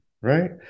right